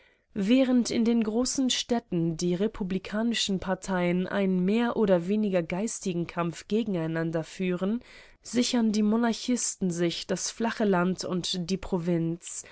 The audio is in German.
während in den großen städten die republikanischen parteien einen mehr oder weniger geistigen kampf gegeneinander fuhren sichern die monarchisten sich das flache land und die provinz